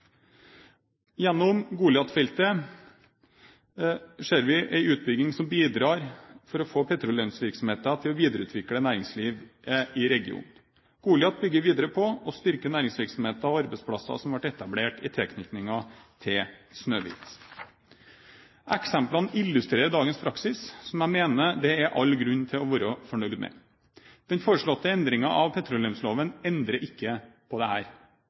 Gjennom Goliatfeltet ser vi en utbygging som bidrar til å få petroleumsvirksomheten til å videreutvikle næringslivet i regionen. Goliat bygger videre på å styrke næringsvirksomheten og arbeidsplasser som ble etablert i tilknytning til Snøhvit. Eksemplene illustrerer dagens praksis, som jeg mener det er all grunn til å være fornøyd med. Den foreslåtte endringen av petroleumsloven endrer ikke på